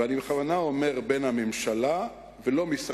ואני בכוונה אומר: בין הממשלה,